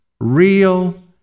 real